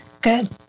Good